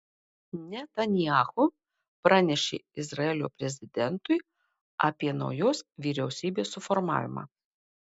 netanyahu pranešė izraelio prezidentui apie naujos vyriausybės suformavimą